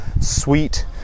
sweet